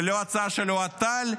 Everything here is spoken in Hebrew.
ולא ההצעה של אוהד טל,